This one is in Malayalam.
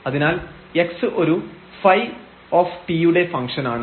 അതിനാൽ x ഒരു ϕ യുടെ ഫംഗ്ഷൻ ആണ്